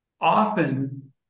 often